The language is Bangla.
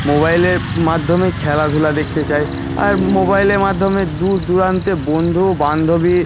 মোবাইলের মাধ্যমে খেলাধুলা দেখতে চাই আর মোবাইলের মাধ্যমে দূর দূরান্তে বন্ধু বান্ধবী